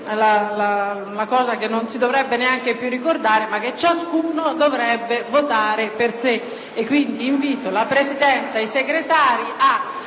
una cosa che non dovrebbe essere più ricordata, cioè che ciascuno dovrebbe votare per sé.